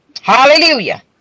hallelujah